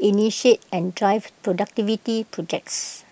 initiate and drive productivity projects